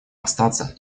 остаться